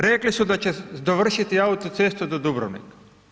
Rekli su da će dovršiti autocestu do Dubrovnika.